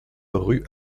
rue